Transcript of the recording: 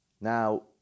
Now